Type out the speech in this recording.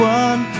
one